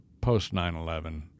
post-9-11